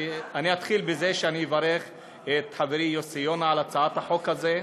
אני אתחיל בזה שאני אברך את חברי יוסי יונה על הצעת החוק הזאת.